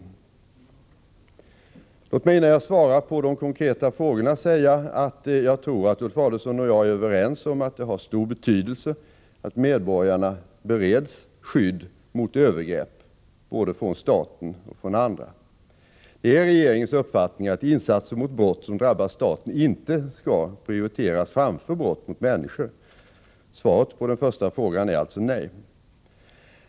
Låt mig innan jag svarar på de konkreta frågorna säga att jag tror att Ulf Adelsohn och jag är överens om att det har stor betydelse att medborgarna bereds skydd mot övergrepp både från staten och från andra. Det är regeringens uppfattning att insatser mot brott som drabbar staten inte skall prioriteras framför brott mot människor. Svaret på den första frågan är alltså nej.